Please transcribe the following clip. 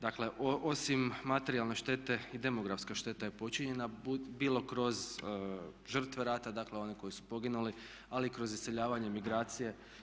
Dakle osim materijalne štete i demografska šteta je počinjena bilo kroz žrtve rate, dakle one koji su poginuli ali i kroz iseljavanje migracije.